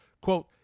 quote